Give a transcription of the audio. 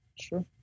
Sure